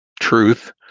truth